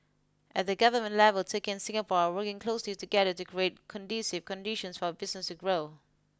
at the government level Turkey and Singapore are working closely together to create conducive conditions for our business to grow